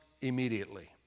immediately